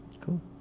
Cool